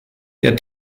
der